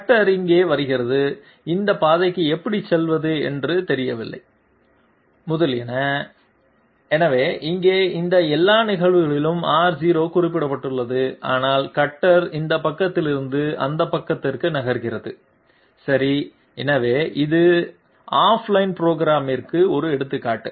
cutter இங்கே வருகிறது இந்த பாதைக்கு எப்படி செல்வது என்று தெரியவில்லை முதலியன எனவே இங்கே இந்த எல்லா நிகழ்வுகளிலும் r0 குறிப்பிடப்பட்டுள்ளது இதனால் கட்டர் இந்த பக்கத்திலிருந்து அந்த பக்கத்திற்கு நகர்கிறது சரி எனவே இது ஆஃப் லைன் புரோகிராமிற்கு ஒரு எடுத்துக்காட்டு